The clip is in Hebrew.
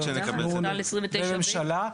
בממשלה.